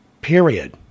period